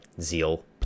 Zeal